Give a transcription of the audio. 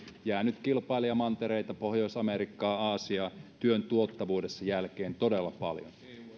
jäänyt kilpailijamantereita pohjois amerikkaa aasiaa jälkeen työn tuottavuudessa todella paljon